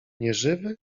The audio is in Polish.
nieżywy